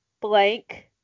blank